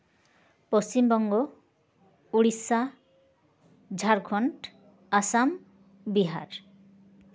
Paschim Banga Odisha Jharkhand Assam Bihar